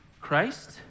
Christ